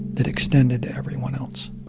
that extended to everyone else